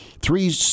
three